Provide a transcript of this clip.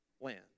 land